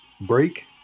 break